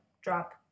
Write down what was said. drop